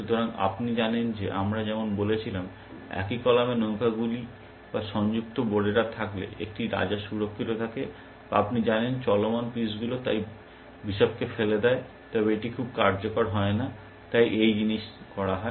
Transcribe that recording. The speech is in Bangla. সুতরাংআপনি জানেন আমরা যেমন বলেছিলাম একই কলামে নৌকাগুলি বা সংযুক্ত বোড়েরা থাকলে একটি রাজা সুরক্ষিত থাকে বা আপনি জানেন চলমান পিসগুলো তাই বিশপকে ফেলে দেয় তবে এটি খুব কার্যকর হয় না তাই এই জাতীয় জিনিস করা হয়